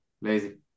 lazy